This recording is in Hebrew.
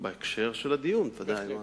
בהקשר של הדיון, בוודאי.